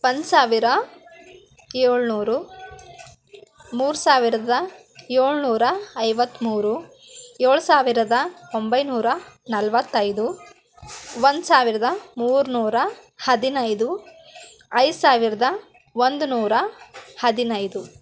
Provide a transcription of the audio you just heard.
ಒಂದು ಸಾವಿರ ಏಳುನೂರು ಮೂರು ಸಾವಿರದ ಏಳುನೂರ ಐವತ್ತ್ಮೂರು ಏಳು ಸಾವಿರದ ಒಂಬೈನೂರ ನಲವತ್ತೈದು ಒಂದು ಸಾವಿರದ ಮೂರುನೂರ ಹದಿನೈದು ಐದು ಸಾವಿರದ ಒಂದು ನೂರ ಹದಿನೈದು